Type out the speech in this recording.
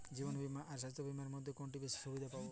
জীবন বীমা আর স্বাস্থ্য বীমার মধ্যে কোনটিতে বেশী সুবিধে পাব?